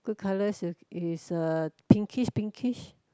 good colors is a pinkish pinkish